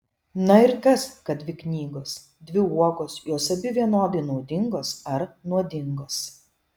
na ir kas kad dvi knygos dvi uogos jos abi vienodai naudingos ar nuodingos